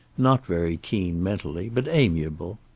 not very keen mentally, but amiable.